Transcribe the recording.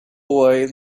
boy